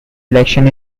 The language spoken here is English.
election